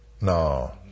No